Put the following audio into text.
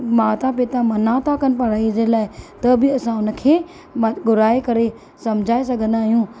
माता पिता मना था कनि पढ़ाई जे लाइ त बि असां उन खे घुराए करे सम्झाए सघंदा आहियूं